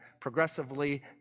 progressively